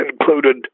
included